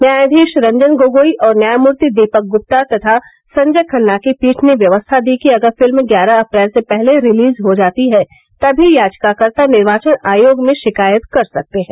न्यायाधीश रंजन गोगोई और न्यायमूर्ति दीपक गुप्ता तथा संजय खन्ना की पीठ ने व्यवस्था दी कि अगर फिल्म ग्यारह अप्रैल से पहले रिलीज हो जाती है तभी याचिकाकर्ता निर्वाचन आयोग में शिकायत कर सकते है